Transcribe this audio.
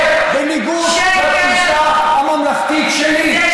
וזה בניגוד לתפיסה הממלכתית שלי.